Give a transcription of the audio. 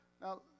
Now